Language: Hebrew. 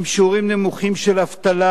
עם שיעורים נמוכים של אבטלה,